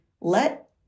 let